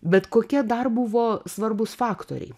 bet kokie dar buvo svarbūs faktoriai